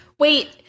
Wait